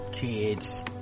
Kids